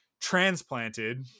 transplanted